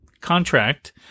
contract